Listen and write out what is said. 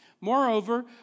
Moreover